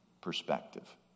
perspective